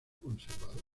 conservador